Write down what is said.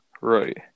right